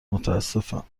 متاسفم